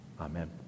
Amen